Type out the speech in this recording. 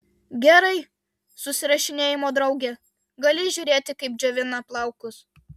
gerai susirašinėjimo drauge gali žiūrėti kaip džiovina plaukus